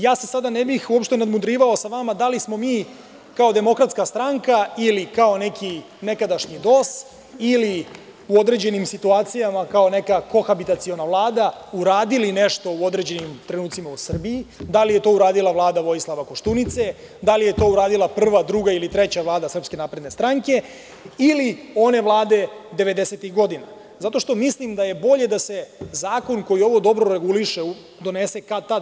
Ja se sada ne bih uopšte nadmudrivao sa vama da li smo mi kao DS ili kao nekadašnji DOS ili u određenim situacijama kao neka kohabitaciona Vlada uradili nešto u određenim trenucima u Srbiji, da li je to uradila Vlada Vojislava Koštunice, da li je to uradila prva, druga ili treća Vlada SNS-a, ili one vlade 90-tih godina, zato što mislim da je bolje da se zakon koji ovo dobro reguliše donese kad tad.